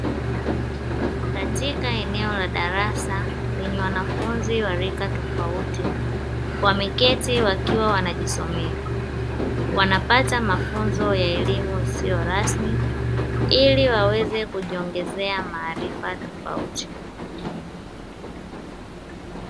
Katika eneo la darasa lenye wanafunzi wa rika tofauti wameketi wakiwa wanajisomea, wanapata mafunzo ya elimu isiyo rasmi ili waweze kujiongezea maarifa tofauti.